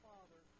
Father